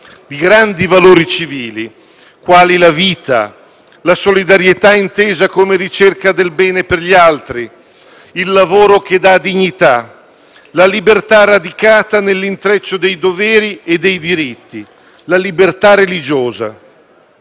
di grandi valori morali e civili, quali la vita, la solidarietà intesa come ricerca del bene per gli altri, il lavoro che dà dignità, la libertà radicata nell'intreccio dei doveri e dei diritti, la libertà religiosa.